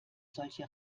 solche